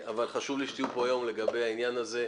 חשוב לי שתהיו פה היום לגבי העניין הזה.